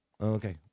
Okay